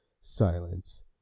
silence